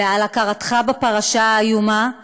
ועל הכרתך בפרשה האיומה,